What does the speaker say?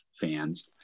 fans